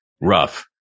rough